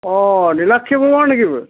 অঁ নীলাক্ষি বৰুৱা হয় নেকি বাৰু